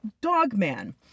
Dogman